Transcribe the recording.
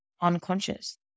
unconscious